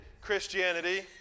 Christianity